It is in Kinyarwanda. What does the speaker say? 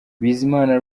bizimana